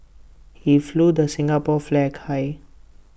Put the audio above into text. he flew the Singapore flag high